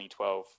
2012